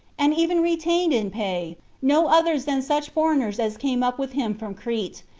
and even retained in pay no others than such foreigners as came up with him from crete,